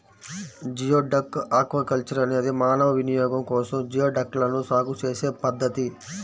geoduck aquaculture అనేది మానవ వినియోగం కోసం జియోడక్లను సాగు చేసే పద్ధతి